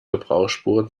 gebrauchsspuren